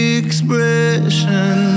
expression